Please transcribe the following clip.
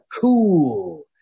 cool